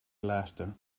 laughter